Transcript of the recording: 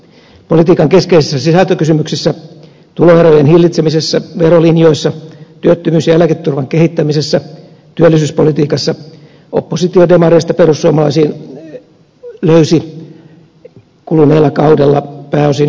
politiikan keskeisissä sisältökysymyksissä tuloerojen hillitsemisessä verolinjoissa työttömyys ja eläketurvan kehittämisessä työllisyyspolitiikassa oppositio demareista perussuomalaisiin löysi kuluneella kaudella pääosin yhteisen sävelen